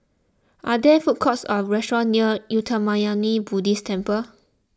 are there food courts or restaurants near Uttamayanmuni Buddhist Temple